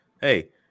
Hey